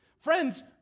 Friends